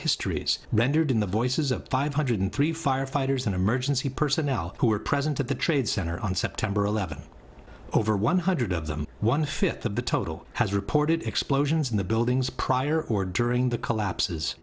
histories rendered in the voices of five hundred three firefighters and emergency personnel who present at the trade center on september eleventh over one hundred of them one fifth of the total has reported explosions in the buildings prior or during the collapses